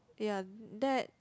ya that